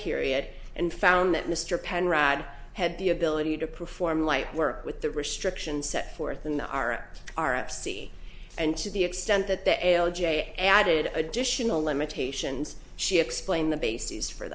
period and found that mr penrod had the ability to perform light work with the restrictions set forth in the our our apps and to the extent that the l j added additional limitations she explained the basis for